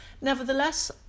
Nevertheless